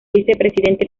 vicepresidente